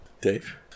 Dave